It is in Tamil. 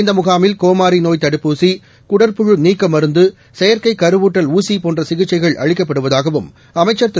இந்த முகாமில் கோமாரி நோய் தடுப்பூசி குடற்புழு நீக்க மருந்து செயற்கைக் கருவூட்டல் ஊசி போன்ற சிகிச்சைகள் அளிக்கப்படுவதாகவும் அமைச்சர் திரு